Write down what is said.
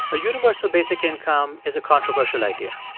a universal basic income is a controversial idea.